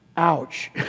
Ouch